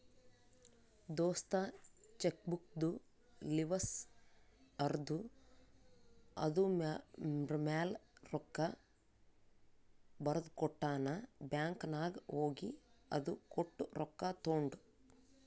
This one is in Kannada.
ದೋಸ್ತ ಚೆಕ್ಬುಕ್ದು ಲಿವಸ್ ಹರ್ದು ಅದೂರ್ಮ್ಯಾಲ ರೊಕ್ಕಾ ಬರ್ದಕೊಟ್ಟ ನಾ ಬ್ಯಾಂಕ್ ನಾಗ್ ಹೋಗಿ ಅದು ಕೊಟ್ಟು ರೊಕ್ಕಾ ತೊಂಡು